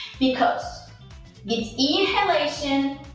because with inhalation,